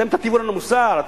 אתם תטיפו לנו מוסר?